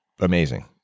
amazing